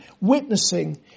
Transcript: witnessing